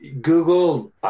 Google